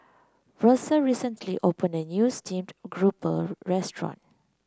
Versa recently opened a new Steamed Grouper restaurant